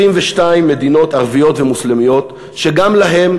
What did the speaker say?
22 מדינות ערביות ומוסלמיות שגם להן,